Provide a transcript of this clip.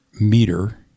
meter